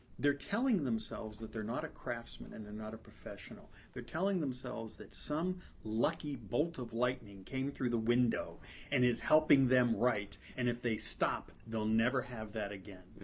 they're telling themselves that they're not a craftsman and and they're not a professional. they're telling themselves that some lucky bolt of lightning came through the window and is helping them write. and if they stop they'll never have that again.